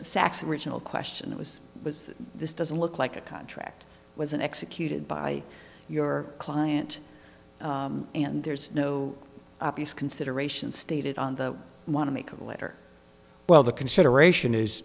saxon original question was was this doesn't look like a contract was an executed by your client and there's no obvious consideration stated on the want to make a letter well the consideration is